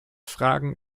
fragen